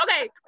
Okay